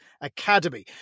Academy